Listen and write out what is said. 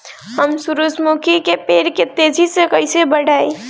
हम सुरुजमुखी के पेड़ के तेजी से कईसे बढ़ाई?